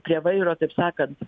prie vairo taip sakant